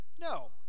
no